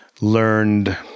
learned